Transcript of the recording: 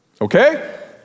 okay